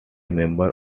member